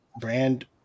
brand